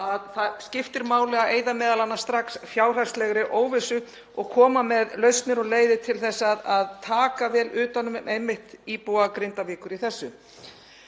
það skiptir máli að eyða m.a. strax fjárhagslegri óvissu og koma með lausnir og leiðir til að taka vel utan um einmitt íbúa Grindavíkur í þessu.